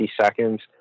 seconds